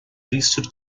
priesthood